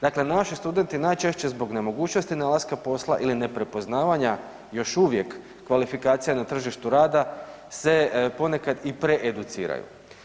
Dakle naši studenti najčešće zbog nemogućnosti nalaska posla ili neprepoznavanja, još uvijek, kvalifikacija na tržištu rada se ponekad i preeduciraju.